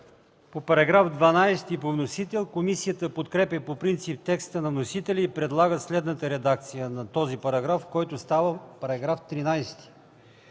По § 12 по вносител комисията подкрепя по принцип текста на вносителя и предлага следната редакция на този параграф, който става § 13: „§ 13.